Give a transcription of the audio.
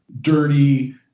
dirty